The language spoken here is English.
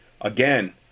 again